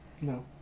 no